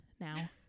now